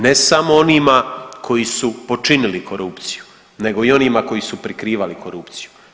Ne samo onima koji su počinili korupciju, nego i onima koji su prikrivali korupciju.